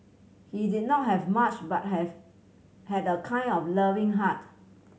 he did not have much but have had a kind and loving heart